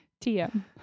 TM